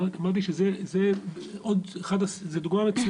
אני רק אמרתי שזו עוד דוגמא מצוינת